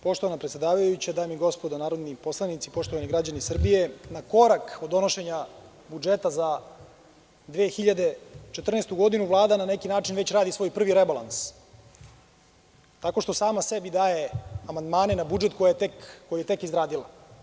Poštovana predsedavajuća, dame i gospodo narodni poslanici, poštovani građani Srbije, na korak od donošenja budžeta za 2014. godinu Vlada na neki način već radi svoj prvi rebalans tako što sama sebi daje amandmane na budžet koji je tek izradila.